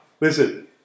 Listen